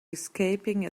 escaping